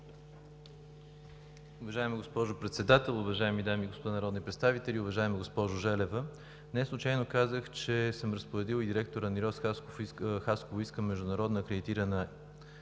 Уважаема госпожо Председател, уважаеми дами и господа народни представители! Уважаема госпожо Желева, неслучайно казах, че съм разпоредил и директорът на РИОСВ – Хасково, иска международно акредитирана